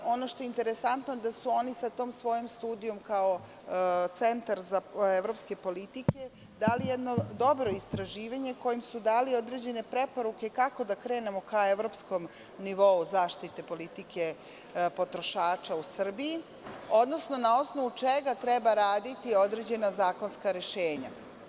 Ono što je interesantno, jeste da su oni sa tom svojom studijom kao Centar za evropske politike dali jedno dobro istraživanje kojim su dali određene preporuke kako da krenemo ka evropskom nivou zaštite politike potrošača u Srbiji, odnosno na osnovu čega treba raditi određena zakonska rešenja.